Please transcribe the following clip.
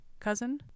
cousin